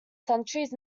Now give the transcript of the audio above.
centuries